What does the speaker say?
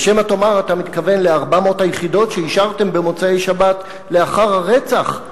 ושמא תאמר שאתה מתכוון ל-400 היחידות שאישרתם במוצאי שבת לאחר הרצח?